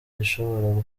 gishobora